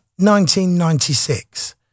1996